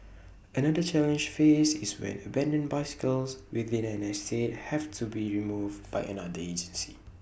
another challenge faced is when abandoned bicycles within an estate have to be removed by another agency